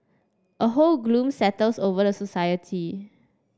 a whole gloom settles over the society